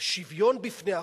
השוויון בפני החוק,